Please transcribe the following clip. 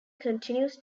continues